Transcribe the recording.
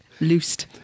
Loosed